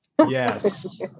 Yes